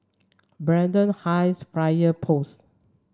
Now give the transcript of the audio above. Braddell Heights Fire Post